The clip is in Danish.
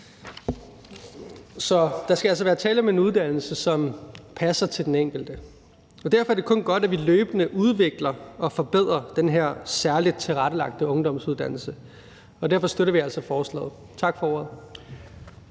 der skal altså være tale om en uddannelse, som passer til den enkelte. Derfor er det kun godt, at vi løbende udvikler og forbedrer den her særligt tilrettelagte ungdomsuddannelse. Derfor støtter vi altså forslaget. Tak for ordet.